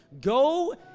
Go